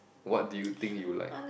what do you think you will like